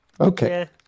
Okay